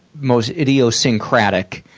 most idiosyncratic